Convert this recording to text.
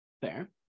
Fair